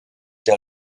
der